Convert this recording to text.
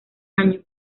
año